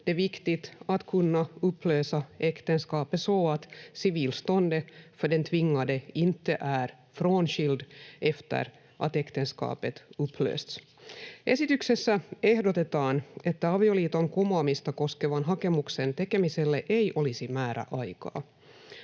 Esityksessä ehdotetaan, että avioliiton kumoamista koskevan hakemuksen tekemiselle ei olisi määräaikaa.